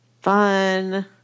fun